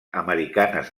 americanes